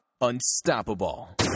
unstoppable